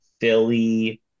Philly